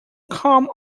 come